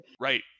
Right